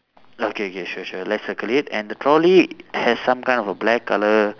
uh K K sure sure let's circle it and the trolley has some kind of a black colour